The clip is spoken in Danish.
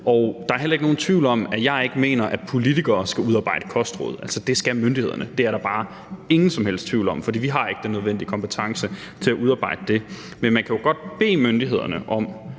og der er heller ikke nogen tvivl om, at jeg ikke mener, at politikere skal udarbejde kostråd. Altså, det skal myndighederne. Det er der bare ingen som helst tvivl om, for vi har ikke den nødvendige kompetence til at udarbejde det. Men man kan jo godt bede myndighederne om